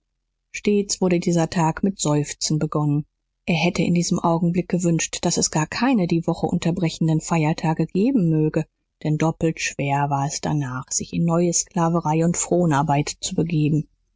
stets wurde dieser tag mit seufzen begonnen er hätte in diesem augenblick gewünscht daß es gar keine die woche unterbrechenden feiertage geben möge denn doppelt schwer war es danach sich in neue sklaverei und fronarbeit zu begeben